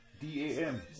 D-A-M